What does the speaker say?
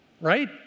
right